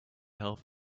health